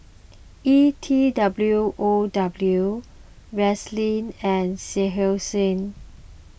E T W O W Vaseline and Seinheiser